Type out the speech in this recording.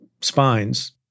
spines